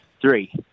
Three